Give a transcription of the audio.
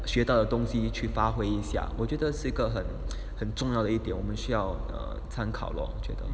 学到的东西去发挥一下我觉得很很重要的一点我们需要 err 参考 lor 我觉得